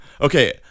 Okay